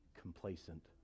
complacent